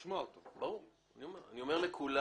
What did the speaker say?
אני אומר לכולם: